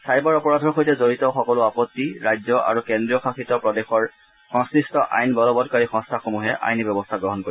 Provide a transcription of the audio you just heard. cyber অপৰাধৰ সৈতে জড়িত সকলো আপত্তি ৰাজ্য আৰু কেন্দ্ৰশাসিত প্ৰদেশৰ সংশ্লিষ্ট আইন বলৰৎকাৰী সংস্থাসমূহে আইনী ব্যৱস্থা গ্ৰহণ কৰিব